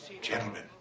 Gentlemen